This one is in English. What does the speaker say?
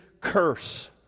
curse